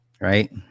right